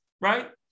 right